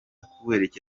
kuzereka